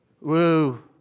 Woo